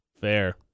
Fair